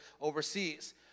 overseas